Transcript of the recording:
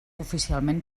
oficialment